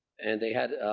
and they had,